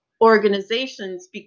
organizations